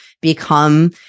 become